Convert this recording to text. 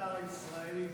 הקטר הישראלי ברח.